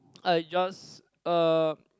I just um